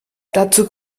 dazu